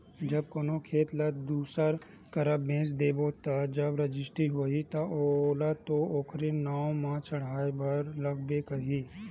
जब कोनो खेत ल दूसर करा बेच देबे ता जब रजिस्टी होही ता ओला तो ओखर नांव म चड़हाय बर लगबे करही